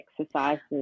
exercises